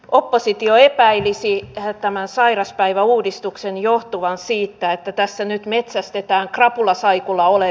oppositio ei päivisin he tämän sairaspäiväuudistuksen johtuvan siitä että tässä nyt metsästetään krapulasaikulla ole